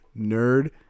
Nerd